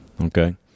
okay